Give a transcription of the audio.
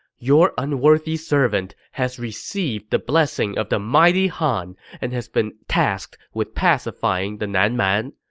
your unworthy servant has received the blessing of the mighty han and has been tasked with pacifying the nan man.